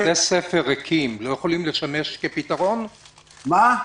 בתי ספר ריקים לא יכולים לשמש כפתרון ביניים?